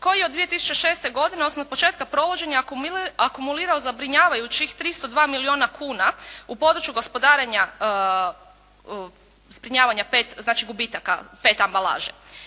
koji od 2006. godine odnosno početka provođenja akumulirao zabrinjavajućih 302 milijuna kuna u području gospodarenja zbrinjavanja, znači gubitaka pet ambalaže.